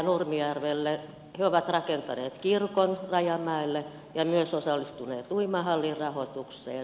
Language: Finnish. he ovat rakentaneet kirkon rajamäelle ja myös osallistuneet uimahallin rahoitukseen